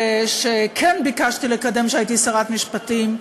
שכן ביקשתי לקדם כשהייתי שרת משפטים,